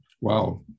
wow